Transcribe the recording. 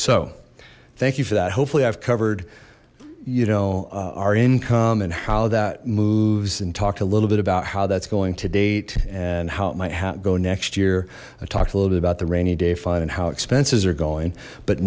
so thank you for that hopefully i've covered you know our income and how that moves and talked a little bit about how that's going to date and how it might have go next year i talked a little bit about the rainy day fund and how expenses are going but